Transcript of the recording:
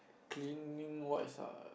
cleaning wise ah